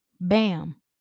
bam